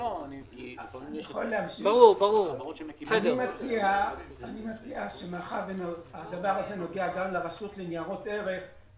והדבר הזה נוגע גם לרשות לניירות ערך,